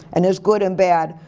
and as good and bad,